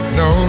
no